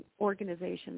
organizations